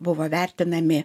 buvo vertinami